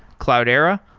cloudera,